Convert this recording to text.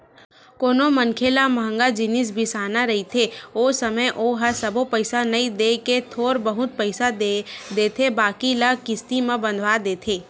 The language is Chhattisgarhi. कोनो मनखे ल मंहगा जिनिस बिसाना रहिथे ओ समे ओहा सबो पइसा नइ देय के थोर बहुत पइसा देथे बाकी ल किस्ती म बंधवा देथे